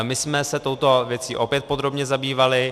My jsme se touto věcí opět podrobně zabývali.